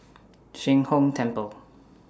Sheng Hong Temple